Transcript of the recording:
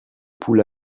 poules